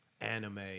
anime